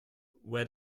where